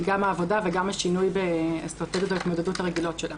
גם העבודה וגם השינוי באסטרטגיות ההתמודדות הרגילות שלה.